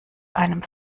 einem